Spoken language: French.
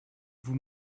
vous